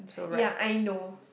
ya I know